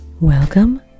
welcome